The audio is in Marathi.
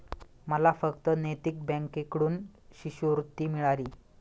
मला फक्त नैतिक बँकेकडून शिष्यवृत्ती मिळाली